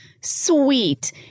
sweet